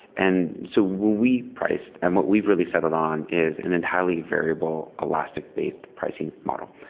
and so when we priced, and what we've really settled on is an entirely variable elastic-based pricing model.